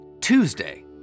Tuesday